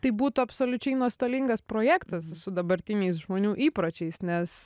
tai būtų absoliučiai nuostolingas projektas su dabartiniais žmonių įpročiais nes